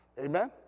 amen